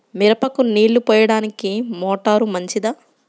మిరపకు నీళ్ళు పోయడానికి మోటారు మంచిదా?